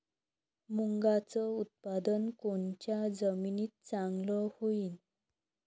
मुंगाचं उत्पादन कोनच्या जमीनीत चांगलं होईन?